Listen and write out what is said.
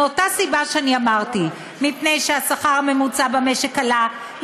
מאותה סיבה שאמרתי: מפני שהשכר הממוצע במשק עלה,